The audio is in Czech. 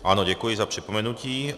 Ano, děkuji za připomenutí.